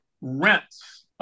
rents